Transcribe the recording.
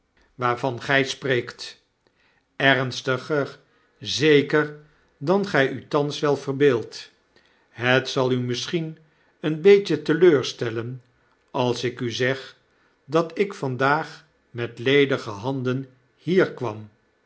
waarvan gij spreekt ernstiger zeker dan gy u thans wel verbeeldt het zal u misschien een beetje teleurstellen als ik u zeg dat ik vandaag met ledige handen hier kwam